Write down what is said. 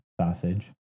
sausage